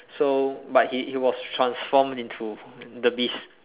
so but he he was transformed into the beast